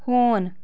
ہوٗن